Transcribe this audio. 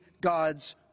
God's